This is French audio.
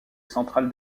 central